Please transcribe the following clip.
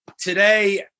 today